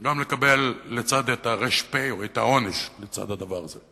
גם לקבל את הר"פ או את העונש לצד הדבר הזה.